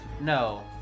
no